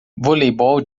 voleibol